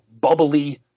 bubbly